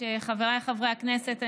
חבריי חברי הכנסת,